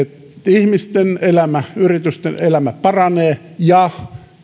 ihmisten elämä yritysten elämä paranee ja